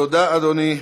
תודה אדוני.